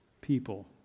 people